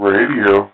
Radio